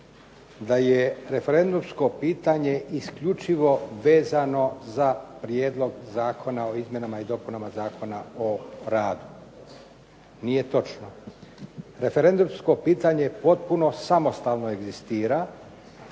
da je referendumsko pitanje isključivo vezano za prijedlog Zakona o izmjenama i dopunama Zakona o radu. Nije točno. Referendumsko pitanje potpuno samostalno egzistira